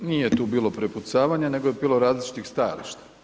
Nije tu bilo prepucavanja nego je bilo različitih stajališta.